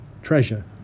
treasure